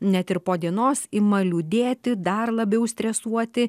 net ir po dienos ima liūdėti dar labiau stresuoti